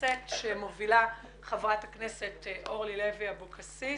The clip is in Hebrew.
בכנסת שמובילה חברת הכנסת אורלי לוי אבקסיס.